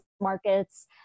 markets